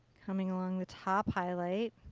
coming along the top highlight.